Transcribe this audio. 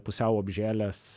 pusiau apžėlęs